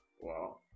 Wow